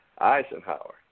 Eisenhower